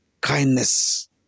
kindness